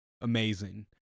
amazing